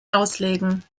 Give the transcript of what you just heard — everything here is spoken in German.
auslegen